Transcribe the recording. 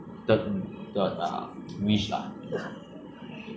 我觉得我第一个 wish 当然是治疗这个